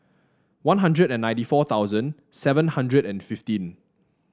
One Hundred and ninety four thousand seven hundred and fifteen